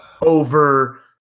over